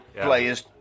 players